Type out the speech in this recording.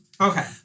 Okay